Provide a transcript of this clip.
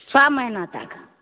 छओ महिना तक